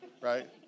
right